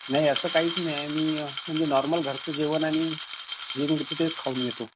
नाही असं काहीच नाही मी म्हणजे नॉर्मल घरचं जेवण आणि जे मिळतं तेच खाऊन घेतो